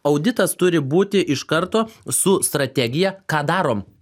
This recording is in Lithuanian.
auditas turi būti iš karto su strategija ką darom